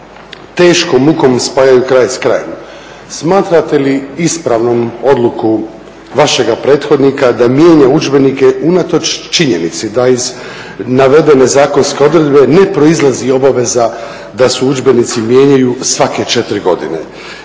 teškom mukom spajaju kraj s krajem, smatrate li ispravnom odluku vašega prethodnika da mijenja udžbenike unatoč činjenici da iz navedene zakonske odredbe ne proizlazi obaveza da se udžbenici mijenjaju svake 4 godine.